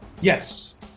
yes